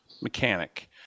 mechanic